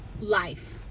life